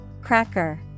Cracker